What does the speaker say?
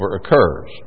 occurs